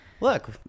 Look